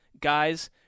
guys